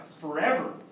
forever